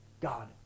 God